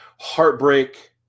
heartbreak